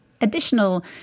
additional